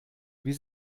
wie